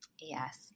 Yes